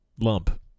Lump